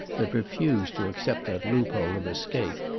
that refused to accept that loophole of escape.